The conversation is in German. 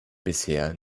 bisher